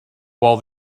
while